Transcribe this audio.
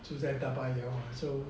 住在大巴窑